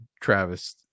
Travis